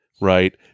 right